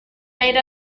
made